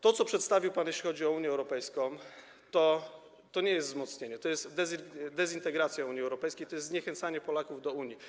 To, co przedstawił pan, jeśli chodzi o Unię Europejską, to nie jest wzmocnienie, to jest dezintegracja Unii Europejskiej, to jest zniechęcanie Polaków do Unii.